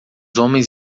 homens